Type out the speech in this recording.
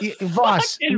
Voss